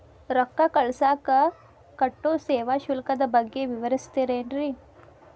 ರೊಕ್ಕ ಕಳಸಾಕ್ ಕಟ್ಟೋ ಸೇವಾ ಶುಲ್ಕದ ಬಗ್ಗೆ ವಿವರಿಸ್ತಿರೇನ್ರಿ?